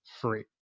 free